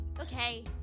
Okay